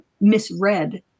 misread